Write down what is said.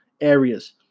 areas